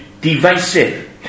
divisive